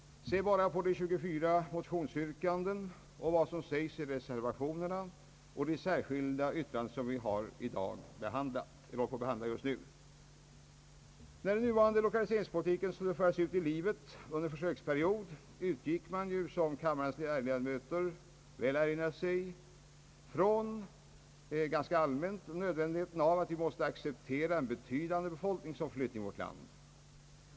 Se bara på de 24 motionsyrkandena och vad som sägs i reservatio nerna och de särskilda yttranden vi just nu behandlar. När den nuvarande iskaliseringapolitiken skulle föras ut i samhället under en försöksperiod utgick man — som kammarens ledamöter väl erinrar sig — ganska allmänt från nödvändigheten av att acceptera en betydande befolkningsomflyttning i vårt land.